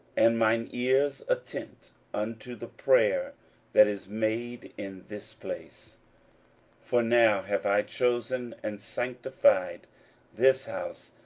and mine ears attent unto the prayer that is made in this place for now have i chosen and sanctified this house,